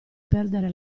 perdere